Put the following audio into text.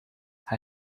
hij